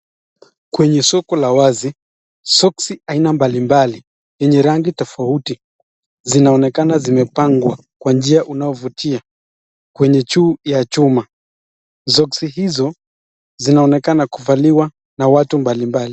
Kwenye soko la wazi soksi aina mbali mbali yenye rangi tofauti, zinzonekana zimepangwa kwa njia unaovutia kwenye juu ya chuma. Soksi hizo zinzonekana kuvaliwa na watu mbali mbali.